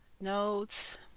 notes